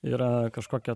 yra kažkokia